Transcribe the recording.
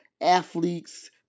athletes